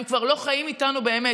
הם כבר לא חיים איתנו באמת,